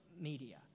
media